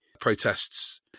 protests